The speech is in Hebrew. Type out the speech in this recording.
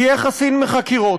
יהיה חסין מחקירות.